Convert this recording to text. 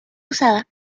usada